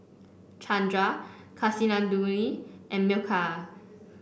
Chandra Kasinadhuni and Milkha